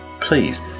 please